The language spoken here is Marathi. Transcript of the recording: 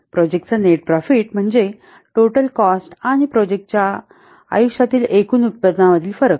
प्रोजेक्टचा नेट प्रॉफिट म्हणजे टोटल कॉस्ट आणि प्रोजेक्ट च्या आयुष्यातील एकूण उत्पन्नामधील फरक